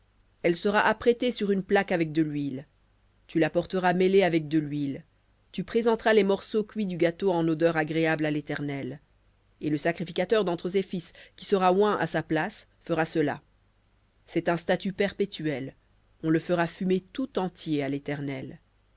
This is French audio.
elle sera apprêtée sur une plaque avec de l'huile tu l'apporteras mêlée tu présenteras les morceaux cuits du gâteau en odeur agréable à léternel et le sacrificateur d'entre ses fils qui sera oint à sa place fera cela un statut perpétuel on le fera fumer tout entier à l'éternel